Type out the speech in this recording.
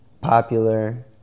popular